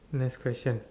next question